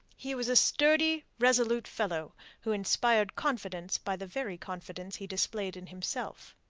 he was a sturdy, resolute fellow who inspired confidence by the very confidence he displayed in himself.